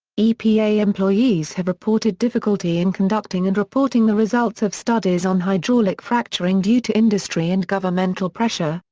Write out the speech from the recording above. epa employees have reported difficulty in conducting and reporting the results of studies on hydraulic fracturing due to industry and governmental pressure,